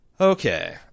Okay